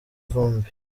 vumbi